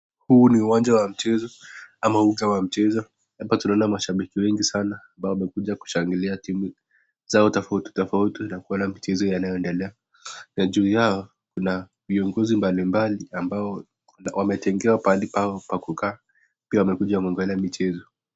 Huu ni uwanja wa michezo ama uga wa michezo. Hapa tunaona mashabiki wengi sana ambao wamekuja kushangilia timu zao tofauti tofauti na kuona michezo yanayoendelea na juu yao kuna viongozi mbalimbali ambao wametengewa pahali pao pa kukaa pia wamekuja kuangalia michezo.